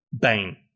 Bane